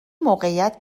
موقعیت